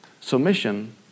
Submission